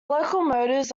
locomotives